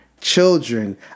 children